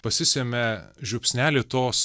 pasisemia žiupsnelį tos